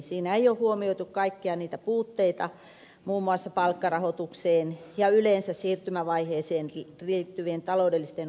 siinä ei ole huomioitu kaikkia niitä puutteita muun muassa palkkarahoitukseen ja yleensä siirtymävaiheeseen liittyvien taloudellisten ongelmien puutteita